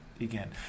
again